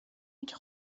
اگه